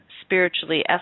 spiritually